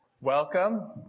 Welcome